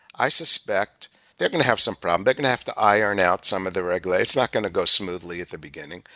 i suspect they're going to have some problem. they're going to have to iron out some of the regulations. it's not going to go smoothly at the beginning,